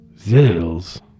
Zills